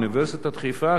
באוניברסיטת חיפה,